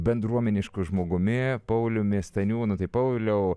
bendruomenišku žmogumi pauliumi staniūnu tai pauliau